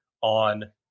on